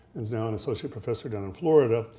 is now an associate professor down in florida,